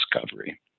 discovery